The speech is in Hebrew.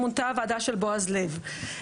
מונתה הוועדה של בועז לב.